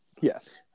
Yes